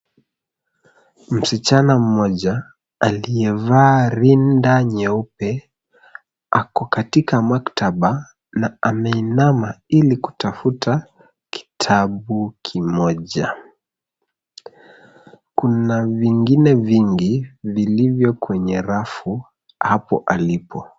Msichana mmoja aliyevaa rinda nyeupe, ako katika maktaba na ameinama ili kutafuta kitabu kimoja. Kuna vingine vingi vilivyo kwenye rafu hapo alipo.